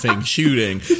shooting